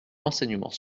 l’enseignement